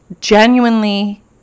genuinely